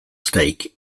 stake